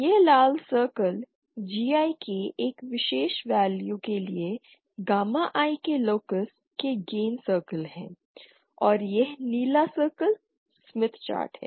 ये लाल circle GI के एक विशेष वैल्यू के लिए गामा i के लोकस के गेन सर्कल हैं और यह नीला सर्कल स्मिथ चार्ट है